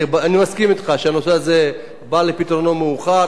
אני מסכים אתך שהנושא הזה בא לפתרונו מאוחר,